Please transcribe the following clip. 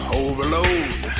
overload